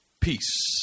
Peace